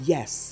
Yes